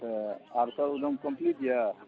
तऽ आर सब एगदम कम्प्लीट यए